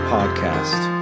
Podcast